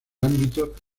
ámbitos